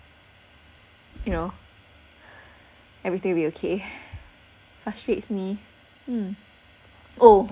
you know everyday we okay frustrates me mm oh